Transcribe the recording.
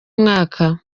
mwaka